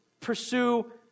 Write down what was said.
pursue